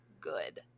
good